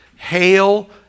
hail